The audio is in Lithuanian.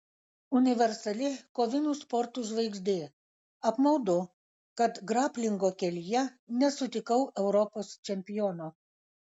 universali kovinių sportų žvaigždė apmaudu kad graplingo kelyje nesutikau europos čempiono